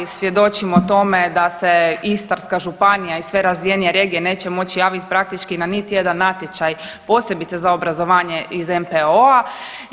Svjedočimo tome da se Istarska županija i sve razvijenije regije neće moći javiti praktički ni na jedan natječaj posebice za obrazovanje iz NPO-a.